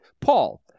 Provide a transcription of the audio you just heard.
Paul